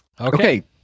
Okay